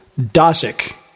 Dosik